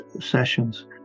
sessions